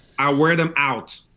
i wear them out,